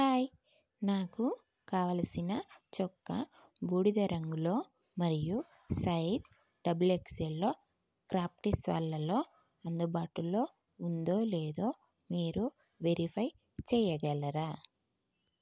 hi నాకు కావలసిన చొక్కా బూడిద రంగులో మరియు సైజ్ డెబల్ ఎక్సెల్లో ప్రాప్టీస్ వాళ్ళల్లో అందుబాటులో ఉందో లేదో మీరు వెరిఫై చెయ్యగలరా